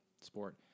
sport